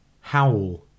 Howl